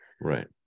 Right